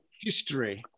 history